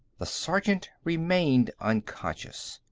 the sergeant remained unconscious.